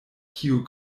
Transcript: kiu